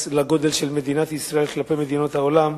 של מדינת ישראל כלפי מדינות העולם,